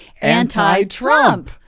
anti-Trump